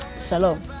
Shalom